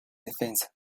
defensa